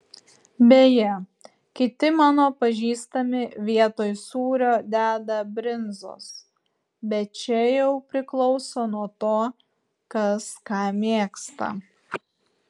beje kiti mano pažįstami vietoj sūrio deda brinzos bet čia jau priklauso nuo to kas ką mėgsta